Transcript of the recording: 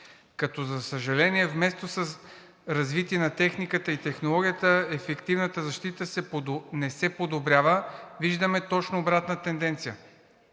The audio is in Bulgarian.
като, за съжаление, вместо с развитието на техниката и технологията ефективната защита да се подобрява, виждаме точно обратна тенденция.